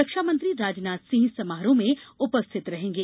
रक्षा मंत्री राजनाथ सिंह समारोह में उपस्थित रहेंगे